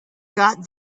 got